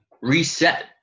reset